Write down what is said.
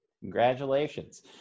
Congratulations